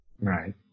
Right